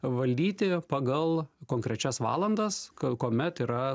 valdyti pagal konkrečias valandas kuomet yra